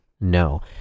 No